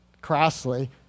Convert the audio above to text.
crassly